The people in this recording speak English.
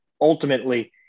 ultimately